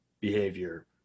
behavior